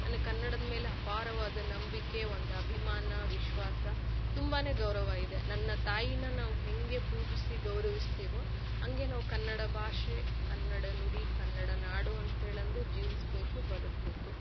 ನನಗೆ ಕನ್ನಡದ ಮೇಲೆ ಅಪಾರವಾದ ನಂಬಿಕೆ ಒಂದು ಅಭಿಮಾನ ವಿಶ್ವಾಸ ತುಂಬಾ ಗೌರವ ಇದೆ ನನ್ನ ತಾಯಿನ ನಾವು ಹೇಗೆ ಪೂಜಿಸಿ ಗೌರವಿಸ್ತೀವೊ ಹಂಗೆ ನಾವು ಕನ್ನಡ ಭಾಷೆ ಕನ್ನಡ ನುಡಿ ಕನ್ನಡ ನಾಡು ಅಂತೇಳಂದೆ ಜೀವಿಸಬೇಕು ಬದಕಬೇಕು